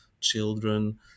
children